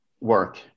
work